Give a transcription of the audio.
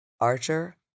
Archer